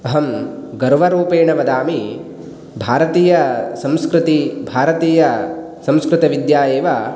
अहं गर्वरूपेण वदामि भारतीयसंस्कृति भारतीयसंस्कृतविद्या एव